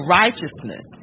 righteousness